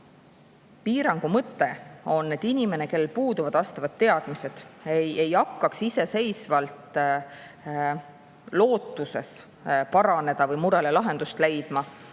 Piirangu mõte on, et inimene, kellel puuduvad vastavad teadmised, ei hakkaks iseseisvalt lootuses paraneda või murele lahendust leida